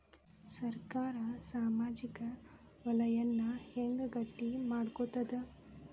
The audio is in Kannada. ಸರ್ಕಾರಾ ಸಾಮಾಜಿಕ ವಲಯನ್ನ ಹೆಂಗ್ ಗಟ್ಟಿ ಮಾಡ್ಕೋತದ?